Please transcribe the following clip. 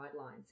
guidelines